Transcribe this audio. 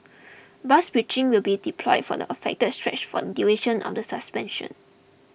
bus bridging will be deployed for the affected stretch for the duration of the suspension